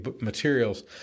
materials